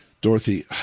Dorothy